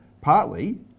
partly